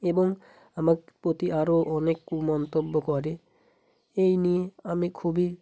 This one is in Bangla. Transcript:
এবং আমার প্রতি আরও অনেক কুমন্তব্য করে এই নিয়ে আমি খুবই